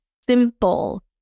simple